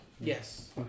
Yes